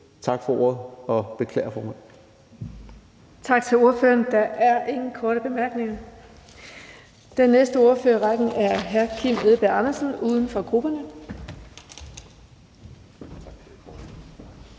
fg. formand (Birgitte Vind): Tak til ordføreren. Der er ingen korte bemærkninger. Den næste ordfører i rækken er hr. Kim Edberg Andersen, uden for grupperne.